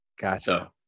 Gotcha